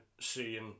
seeing